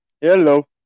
Hello